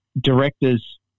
directors